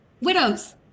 Widows